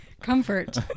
Comfort